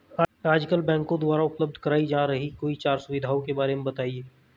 आजकल बैंकों द्वारा उपलब्ध कराई जा रही कोई चार सुविधाओं के बारे में बताइए?